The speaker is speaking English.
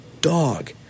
dog